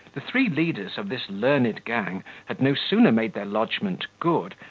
the three leaders of this learned gang had no sooner made their lodgment good,